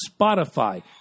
Spotify